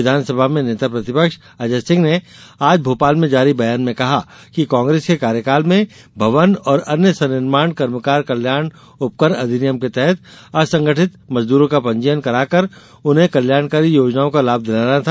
विधानसभा में नेता प्रतिपक्ष अजय सिंह ने आज भोपाल में जारी बयान में कहा कि कांग्रेस के कार्यकाल में भवन और अन्य संनिर्माण कर्मकार कल्याण उपकर अधिनियम के तहत असंगठित मजदूरों का पंजीयन कराकर उन्हें कल्याणकारी योजनाओं का लाभ दिलाना था